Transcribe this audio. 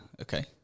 Okay